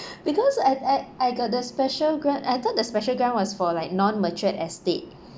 because I I I got the special grant I thought the special grant was for like non-matured estate